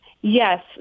Yes